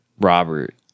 Robert